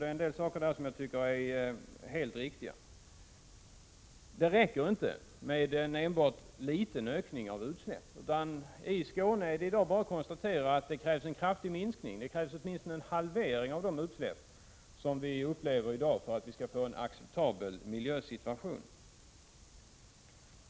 Det är en del saker i det som jag tycker är helt riktiga. Det räcker inte enbart med en liten minskning av utsläppen. I Skåne är det i dag bara att konstatera att det krävs en kraftig minskning. Det krävs åtminstone en halvering av de utsläpp vi har i dag, för att vi skall få en acceptabel miljösituation.